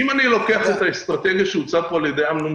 אם אני לוקח את האסטרטגיה שהוצעה פה על ידי אמנון שעשוע,